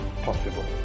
possible